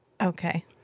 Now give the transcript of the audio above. Okay